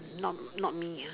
not not me ah